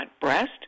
breast